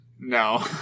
No